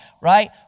right